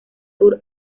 tour